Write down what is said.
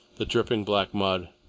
the dripping black mud,